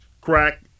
crack